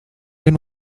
den